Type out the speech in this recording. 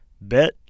Bet